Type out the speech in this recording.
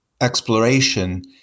exploration